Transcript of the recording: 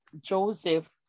Joseph